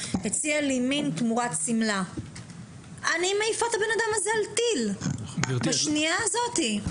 הציע לי מין תמורת שמלה; אני מעיפה את הבן אדם הזה על טיל בשנייה הזאת.